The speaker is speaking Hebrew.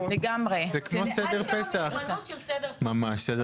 למעט בבקשות למתן צו הגנה לפי חוק זה.